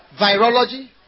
Virology